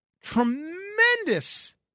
tremendous